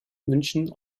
münchen